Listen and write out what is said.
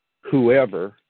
whoever